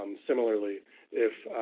um similarly if